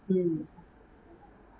mm